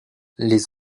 les